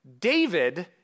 David